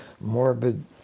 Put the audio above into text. morbid